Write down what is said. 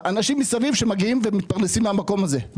אנשים מסביב שמתפרנסים מהמקום הזה.